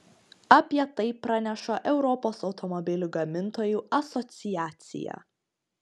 apie tai praneša europos automobilių gamintojų asociacija